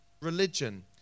religion